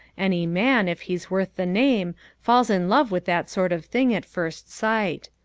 any man, if he's worth the name, falls in love with that sort of thing at first sight.